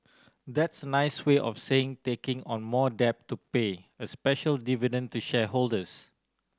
that's a nice way of saying taking on more debt to pay a special dividend to shareholders